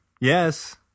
yes